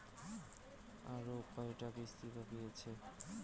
আরো কয়টা কিস্তি বাকি আছে?